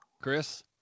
Chris